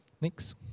Next